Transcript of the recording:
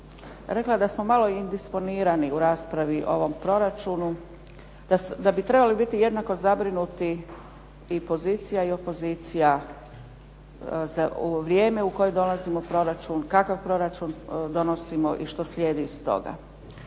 rekla da smo malo i indisponirani u raspravi o ovom proračunu, da bi trebali biti jednako zabrinuti i pozicija i opozicija za ovo vrijeme u koje donosimo proračun, kakav proračun donosimo i što slijedi iz toga.